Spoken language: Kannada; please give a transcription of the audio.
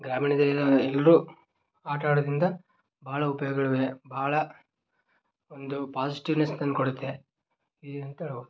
ಗ್ರಾಮೀಣದಲ್ಲಿರುವ ಎಲ್ಲರೂ ಆಟ ಆಡೋದರಿಂದ ಬಹಳ ಉಪಯೋಗಗಳಿವೆ ಬಹಳ ಒಂದು ಪಾಸಿಟಿವ್ನೆಸ್ ತಂದು ಕೊಡುತ್ತೆ ಈ ಅಂತ ಹೇಳ್ಬೇಕು